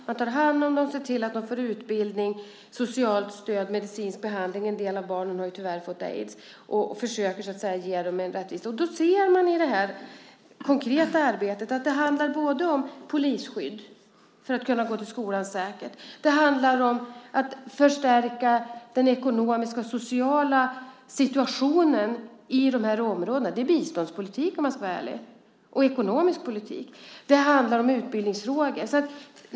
Man tar hand om dem, ser till att de får utbildning, socialt stöd, medicinsk behandling - en del av barnen har tyvärr fått aids. I detta konkreta arbete ser man att det till exempel handlar om polisskydd för att kunna gå till skolan säkert. Det handlar om att förstärka den ekonomiska och sociala situationen i dessa områden - det är biståndspolitik och ekonomisk politik, om jag ska vara ärlig. Det handlar om utbildningsfrågor.